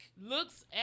Looks